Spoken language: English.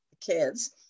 kids